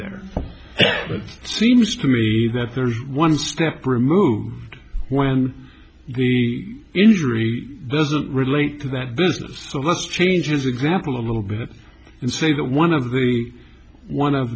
there it seems to me that there's one step removed when the injury doesn't relate to that business so let's change his example a little bit and say that one of the one of